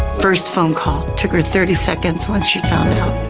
first phone call, took her thirty seconds when she found out.